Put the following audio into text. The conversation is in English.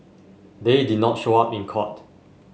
they did not show up in court